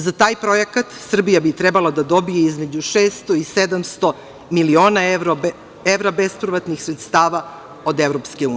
Za taj projekat Srbija bi trebalo da dobije između 600 i 700 miliona evra bespovratnih sredstava od EU.